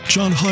John